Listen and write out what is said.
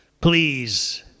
Please